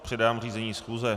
Předám řízení schůze.